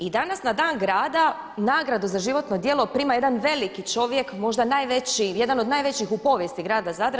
I danas na dan grada nagradu za životno djelo prima jedan veliki čovjek, možda najveći, jedan od najvećih u povijesti grada Zadra.